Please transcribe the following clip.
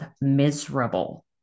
miserable